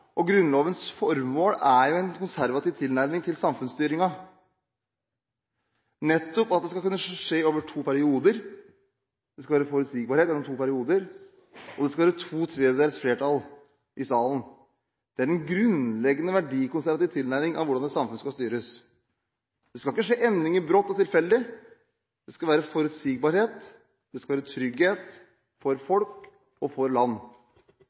og Grunnlovens formål er en konservativ tilnærming til samfunnsstyringen, nettopp ved at endring skal skje over to perioder, at det skal være forutsigbarhet gjennom to perioder, og at det skal være to tredjedels flertall i salen. Det er en grunnleggende verdikonservativ tilnærming til hvordan et samfunn skal styres. Det skal ikke skje endringer brått og tilfeldig. Det skal være forutsigbarhet, og det skal være trygghet for folk og for land.